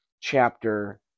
chapter